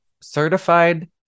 certified